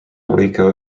rico